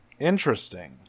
interesting